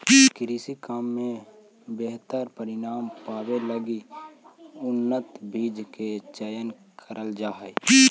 कृषि काम में बेहतर परिणाम पावे लगी उन्नत बीज के चयन करल जा हई